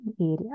area